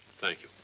thank you.